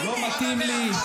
לא מתאים לי.